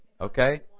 Okay